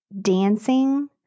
dancing